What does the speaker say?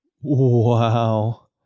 Wow